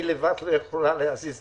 היא לבד לא יכול להזיז הכול.